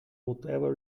whatever